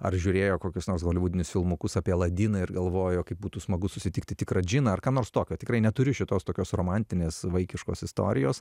ar žiūrėjo kokius nors holivudinius filmukus apie aladiną ir galvojo kaip būtų smagu susitikti tikrą džiną ar ką nors tokio tikrai neturiu šitos tokios romantinės vaikiškos istorijos